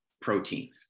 protein